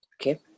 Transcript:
Okay